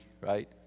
right